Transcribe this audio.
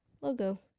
logo